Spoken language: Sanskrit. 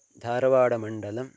धारवाडमण्डलं